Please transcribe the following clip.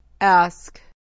Ask